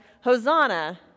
Hosanna